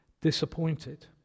disappointed